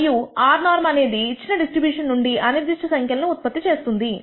మరియు rnorm అనేది ఇచ్చిన డిస్ట్రిబ్యూషన్ నుండి అనిర్దిష్ట సంఖ్యలను ఉత్పత్తి చేస్తుంది